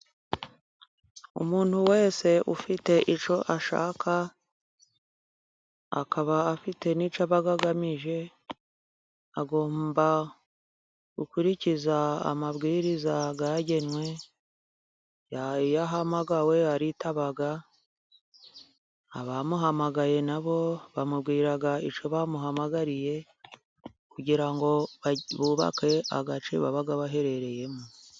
Umuntu wese ufite icyo ashaka， akaba afite n'icyo aba agamije， agomba gukurikiza amabwiriza yagenwe， iyo ahamagawe aritaba，abamuhamagaye nabo bamubwira icyo bamuhamagariye， kugira ngo bubake agace baba baherereyemo.